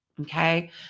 Okay